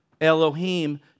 Elohim